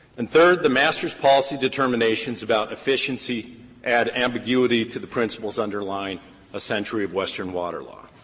and third, the master's policy determinations about efficiency add ambiguity to the principles underlying a century of western water law.